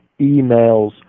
emails